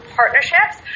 partnerships